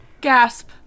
Gasp